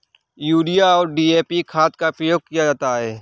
urea और DAP खाद का प्रयोग किया जाता है